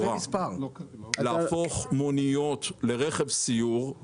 להפוך מוניות לרכב סיור.